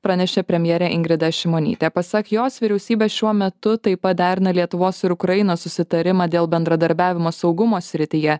pranešė premjerė ingrida šimonytė pasak jos vyriausybė šiuo metu taip pat derina lietuvos ir ukrainos susitarimą dėl bendradarbiavimo saugumo srityje